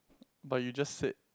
but you just said